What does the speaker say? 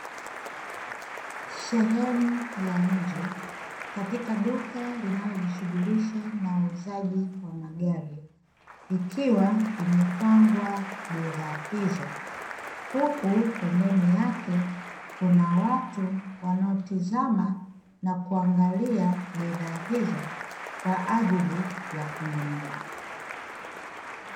Sehemu ya nje katika duka linalojishughulisha na uuzaji wa magari, likiwa limepangwa bidhaa hizo huku pembeni yake kuna watu wanaotizama na kuangalia bidhaa hizo kwa ajili ya kununua.